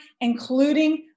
including